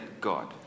God